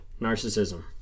narcissism